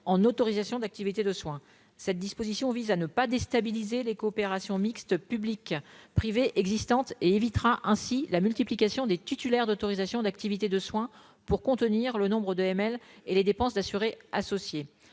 en autorisations d'activités de soins cette disposition vise à ne pas déstabiliser les coopérations mixte public-privé existantes et évitera ainsi la multiplication des titulaires d'autorisations d'activités de soins pour contenir le nombre de ml et les dépenses d'assurer associé